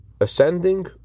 ascending